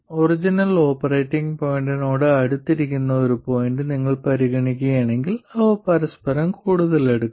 original operating പോയിന്റിനോട് അടുത്തിരിക്കുന്ന ഒരു പോയിന്റ് നിങ്ങൾ പരിഗണിക്കുകയാണെങ്കിൽ അവ പരസ്പരം കൂടുതൽ അടുക്കും